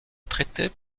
traité